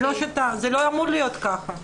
זה לא אמור להיות ככה.